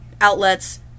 outlets